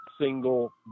single